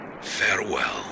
Farewell